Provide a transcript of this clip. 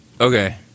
Okay